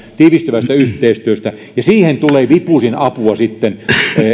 tiivistyvästä yhteistyöstä ja siihen tulee vipu sinapua sitten